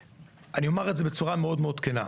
אבל אני אומר את זה בצורה מאוד כנה.